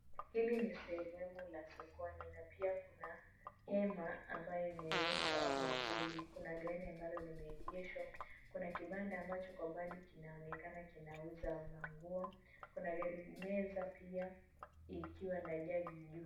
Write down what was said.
Hili ni sehemu la sokoni na pia kuna hema ambayo imewekwa au mwavuli. Kuna gari ambalo limeegeshwa. Kuna kibanda ambacho kwa umbali kinaonekana kinauza manguo. Kuna gari meza pia ikiwa na jagi juu.